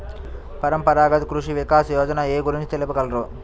పరంపరాగత్ కృషి వికాస్ యోజన ఏ గురించి తెలుపగలరు?